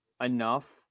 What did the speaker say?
enough